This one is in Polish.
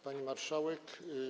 Pani Marszałek!